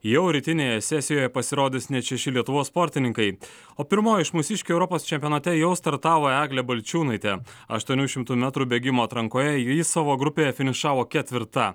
jau rytinėje sesijoje pasirodys net šeši lietuvos sportininkai o pirmoji iš mūsiškių europos čempionate jau startavo eglė balčiūnaitė aštuonių šimtų metrų bėgimo atrankoje ji savo grupėje finišavo ketvirta